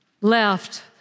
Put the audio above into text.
left